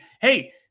hey